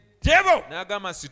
Devil